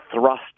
thrust